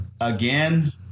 again